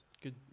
Good